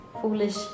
foolish